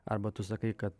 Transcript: arba tu sakai kad